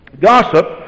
gossip